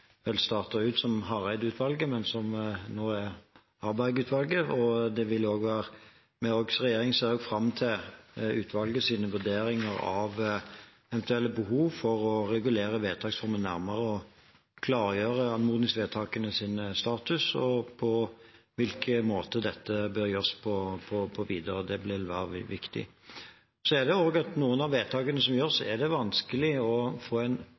vel startet ut som Hareide-utvalget, men som nå er Harberg-utvalget. Regjeringen ser fram til utvalgets vurderinger av eventuelle behov for å regulere vedtaksformen nærmere og klargjøre anmodningsvedtakenes status og på hvilken måte dette bør gjøres videre. Det vil være viktig. Noen av vedtakene som fattes, er det vanskelig å få en konkret utkvittering av. Det kan gjøres